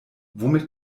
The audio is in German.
womit